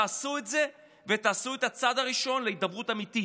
תעשו את זה ותעשו את הצעד הראשון להידברות אמיתית,